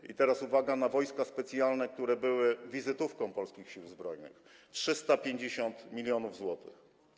I teraz uwaga: na Wojska Specjalne, które były wizytówką polskich Sił Zbrojnych - 350 mln zł.